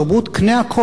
גם אם אתה לא צריך.